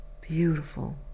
beautiful